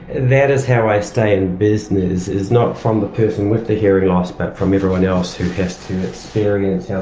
that is how i stay in business, is not from the person with the hearing loss but from everyone else who has to experience how